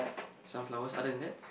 sunflowers other than that